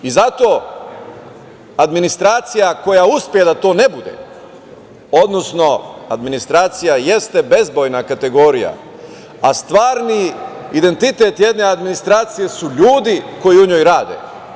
Zato administracija koja uspe da to ne bude, odnosno administracija jeste bezbojna kategorija, a stvarni identitet jedne administracije su ljudi koji u njoj rade.